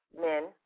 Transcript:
men